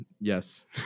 Yes